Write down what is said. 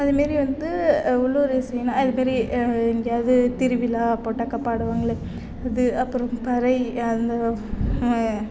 அது மாரி வந்து உள்ளூர் இசைனால் அது மாரி எங்கேயாவது திருவிழா போட்டாக்கால் பாடுவாங்களே அது அப்புறம் பறை அந்த